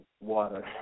water